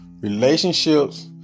relationships